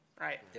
right